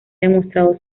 demostrado